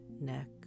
neck